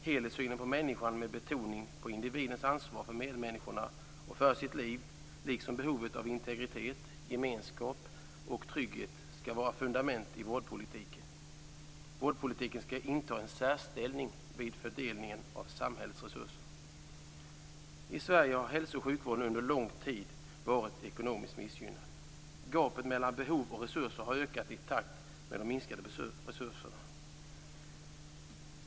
Helhetssynen på människan med betoning på individens ansvar för medmänniskorna och för sitt liv liksom behovet av integritet, gemenskap och trygghet skall vara fundament i vårdpolitiken. Vårdpolitiken skall inta en särställning vid fördelningen av samhällets resurser. I Sverige har hälso och sjukvården under lång tid varit ekonomiskt missgynnad. Gapet mellan behov och resurser har ökat i takt med de minskade resurserna.